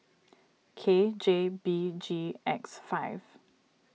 K J B G X five